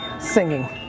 singing